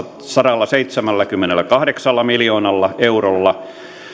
sadallaseitsemälläkymmenelläkahdeksalla miljoonalla eurolla